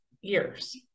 years